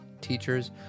teachers